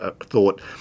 thought